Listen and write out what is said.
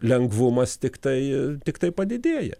lengvumas tiktai tiktai padidėja